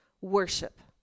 worship